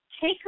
take